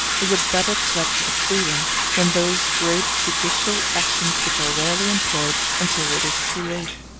is a better pledge of freedom than those great judicial actions which are rarely employed until it is too late.